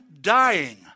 dying